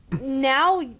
now